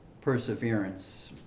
perseverance